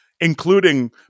including